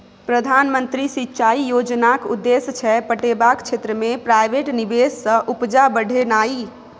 प्रधानमंत्री सिंचाई योजनाक उद्देश्य छै पटेबाक क्षेत्र मे प्राइवेट निबेश सँ उपजा बढ़ेनाइ